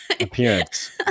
appearance